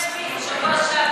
הוא לא הבין בשבוע שעבר,